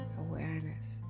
awareness